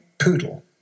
Poodle